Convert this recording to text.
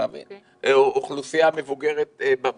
אוכלוסייה מבוגרת בבתים,